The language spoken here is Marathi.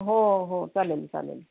हो हो चालेल चालेल